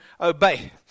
obey